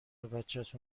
بچت